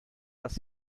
das